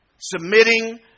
Submitting